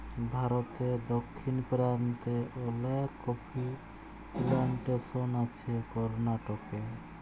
ভারতে দক্ষিণ পেরান্তে অলেক কফি পিলানটেসন আছে করনাটকে